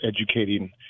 educating